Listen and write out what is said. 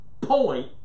point